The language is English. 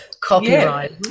copyright